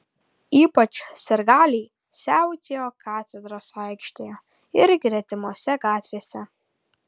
ypač sirgaliai siautėjo katedros aikštėje ir gretimose gatvėse